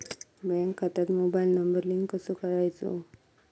Bank खात्यात mobile number link कसो करायचो?